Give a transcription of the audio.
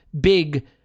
big